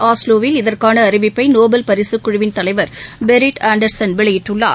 ஆஸ்லோவில் இதற்கான அறிவிப்பை நோபல் பரிசுக் குழுவிள் தலைவர் பெரிட் ஆண்டர்சன் வெளியிட்டுள்ளார்